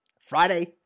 Friday